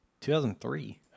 2003